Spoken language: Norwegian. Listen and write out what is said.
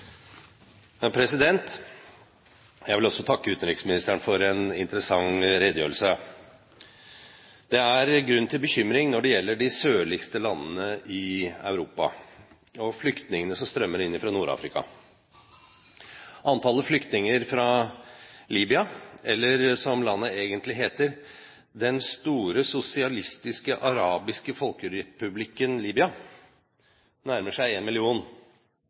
grunn til bekymring når det gjelder de sørligste landene i Europa, og flyktningene som strømmer inn fra Nord-Afrika. Antallet flyktninger fra Libya, eller som landet egentlig heter, «Den store sosialistiske arabiske folkerepublikken Libya», nærmer seg en million.